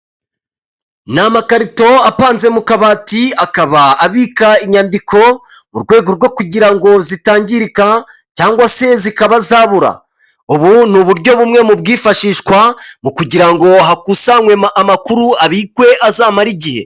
Ni amakarito apanze mu kabati, akaba abika inyandiko, mu rwego rwo kugira ngo zitangirika cyangwa se zikaba zabura. Ubu ni uburyo bumwe mu bwifashishwa mu kugira ngo hakusanywe amakuru abikwe, azamare igihe.